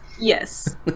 Yes